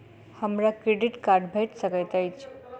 हमरा credit card भेट सकैत अछि?